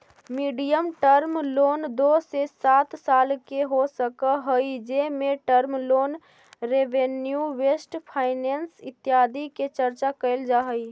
medium term loan दो से सात साल के हो सकऽ हई जेमें term loan revenue based finance इत्यादि के चर्चा कैल जा हई